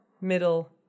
middle